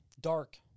dark